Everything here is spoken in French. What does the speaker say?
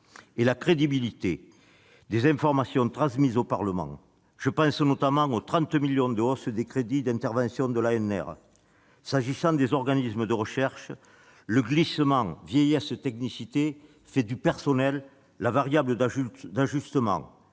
et la crédibilité des informations transmises au Parlement- je pense notamment aux 30 millions d'euros de hausse des crédits d'intervention de l'ANR. Pour les organismes de recherche, le glissement vieillesse-technicité fait du personnel la variable d'ajustement